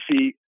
see